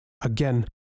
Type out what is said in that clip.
Again